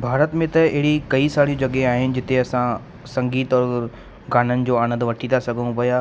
भारत में त अहिड़ी कई सारी जॻहि आहिनि जिते असां संगीत गाननि जो आनंदु वठी था सघऊं पिया